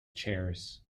chairs